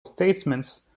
statements